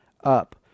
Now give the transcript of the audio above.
up